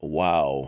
wow